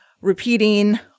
repeating